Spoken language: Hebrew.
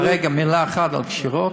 רגע, מילה אחת על קשירות.